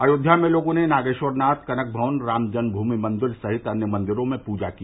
अयोध्या में लोगों ने नागेश्वरनाथ कनक भवन रामजन्म भूमि मंदिर सहित अन्य मंदिरों में पूजा की